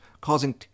causing